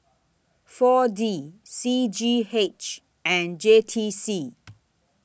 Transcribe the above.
four D C G H and J T C